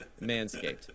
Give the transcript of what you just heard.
Manscaped